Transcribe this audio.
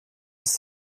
ist